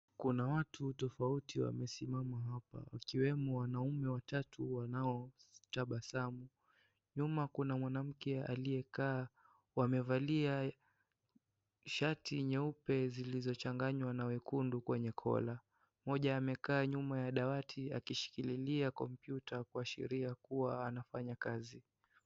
Kuna watu tofauti wamesimama hapa wakiwemo wanaume watatu wanaotabasamu. Nyuma kuna mwanamke aliyekaa. Wamevalia shati nyeupe zilizochanganya na wekundu kwenye kola. Mmoja amekaa nyuma ya dawati akishikililia kompyuta kuashiria kuwa anafanya kazi.